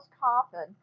coffin